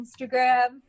Instagram